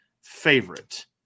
favorite